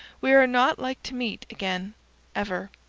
we are not like to meet again ever.